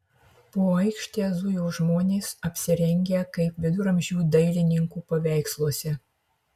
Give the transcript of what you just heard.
po aikštę zujo žmonės apsirengę kaip viduramžių dailininkų paveiksluose